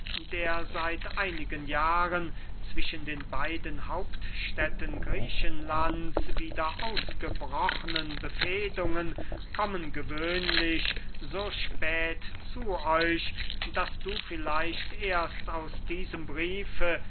der seit einigen jahren zwischen den beiden hauptstädten griechenlands wieder ausgebrochnen befehdungen kommen gewöhnlich so spät zu euch daß du vielleicht erst aus diesem briefe